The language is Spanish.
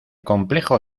complejo